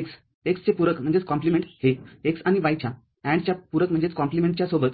x x चे पूरकहे x आणि y च्या AND च्या पूरक सोबत AND केले आहेबरोबर